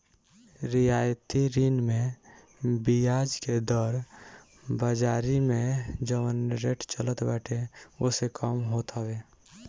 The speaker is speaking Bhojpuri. रियायती ऋण में बियाज के दर बाजारी में जवन रेट चलत बाटे ओसे कम होत हवे